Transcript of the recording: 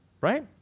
Right